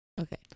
Okay